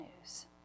news